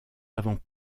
avant